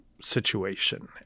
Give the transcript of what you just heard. situation